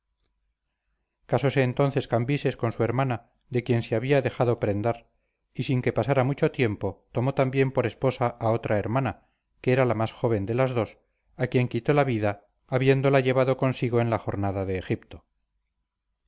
casóse entonces cambises con su hermana de quien se había dejado prendar y sin que pasara mucho tiempo tomó también por esposa a otra hermana que era la más joven de las dos a quien quitó la vida habiéndola llevado consigo en la jornada de egipto